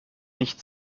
nicht